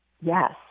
Yes